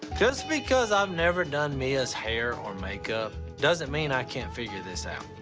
just because i've never done mia's hair or makeup doesn't mean i can't figure this out.